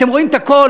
אתם רואים את הכול,